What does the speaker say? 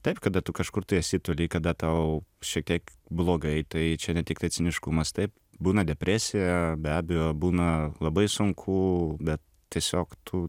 taip kada tu kažkur tai esi turi kada tau šiek tiek blogai tai čia ne tiktai ciniškumas taip būna depresija be abejo būna labai sunku bet tiesiog tu